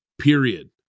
period